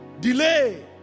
Delay